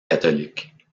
catholique